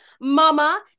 mama